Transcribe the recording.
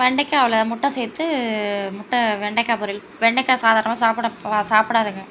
வெண்டைக்காவில் முட்டை சேர்த்து முட்டை வெண்டைக்காய் பொரியல் வெண்டைக்காய் சாதாரணமாக சாப்பிட சாப்பிடாதுங்க